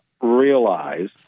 realize